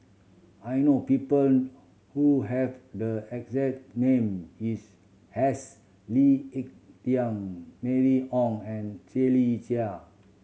I know people who have the exact name is as Lee Ek Tieng Mylene Ong and Shirley Chew